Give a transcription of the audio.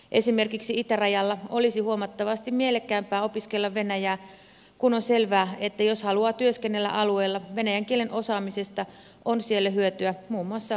esimerkiksi itärajalla olisi huomattavasti mielekkäämpää opiskella venäjää kun on selvää että jos haluaa työskennellä alueella venäjän kielen osaamisesta on siellä hyötyä muun muassa palvelualoilla